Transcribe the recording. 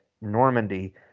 Normandy